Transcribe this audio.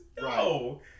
No